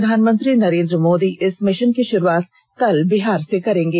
प्रधानमंत्री नरेंद्र मोदी इस मिषन की शुरूआत कल बिहार से करेंगे